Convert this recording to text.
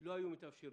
לא היו מתאפשרים